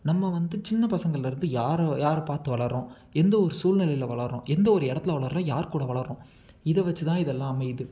நம்ம வந்து சின்ன பசங்கள்ல இருந்து யாரோ யாரை பார்த்து வளர்றோம் எந்தவொரு சூழ்நிலையில வளர்றோம் எந்தவொரு இடத்துல வளர்றோம் யார்க்கூட வளர்றோம் இதை வச்சுதான் இதெல்லாம் அமையுது